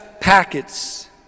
packets